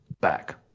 back